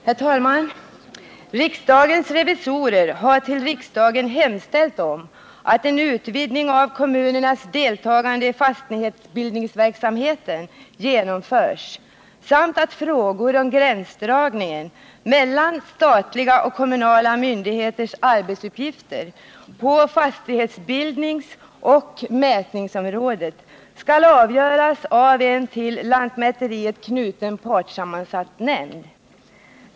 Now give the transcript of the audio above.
Herr talman! Riksdagens revisorer har hos riksdagen hemställt om att en utvidgning av kommunernas deltagande i fastighetsbildningsverksamheten genomförs samt att frågor om gränsdragningen mellan statliga och kommunala myndigheters arbetsuppgifter på fastighetsbildningsoch mätnings området skall avgöras av en till lantmäteriet knuten partssammansatt nämnd.